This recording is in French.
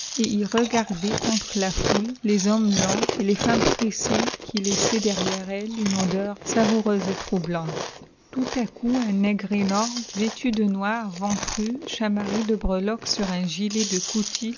ils regardaient contre la foule les hommes lents et les femmes pressées qui laissaient derrière elles une odeur savoureuse et troublante tout à coup un nègre énorme vêtu de noir ventru chamarré de breloques sur un gilet de coutil